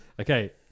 Okay